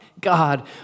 God